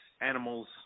animals